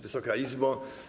Wysoka Izbo!